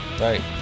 Right